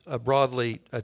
broadly